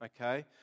okay